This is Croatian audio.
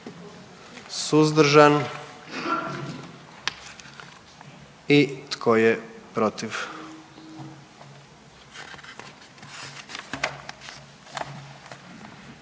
suzdržan? I tko je protiv?